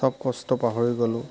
চব কষ্ট পাহৰি গ'লোঁ